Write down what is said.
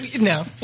No